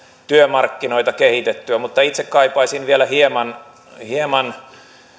työmarkkinoita kehitettyä mutta itse kaipaisin vielä hieman hieman